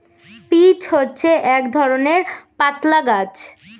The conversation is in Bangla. পিচ্ হচ্ছে এক ধরণের পাতলা গাছ